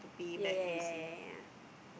ya ya ya ya ya ya